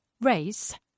Race